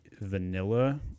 vanilla